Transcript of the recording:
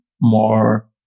more